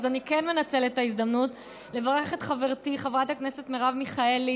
אז אני כן מנצלת את ההזדמנות לברך את חברתי חברת הכנסת מרב מיכאלי.